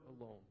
alone